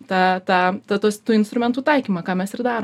tą tą ta tuos tų instrumentų taikymą ką mes ir darom